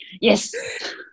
Yes